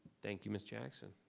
thank you, miss jackson.